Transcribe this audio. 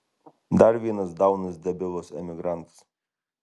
dar vienas daunas debilas emigrantas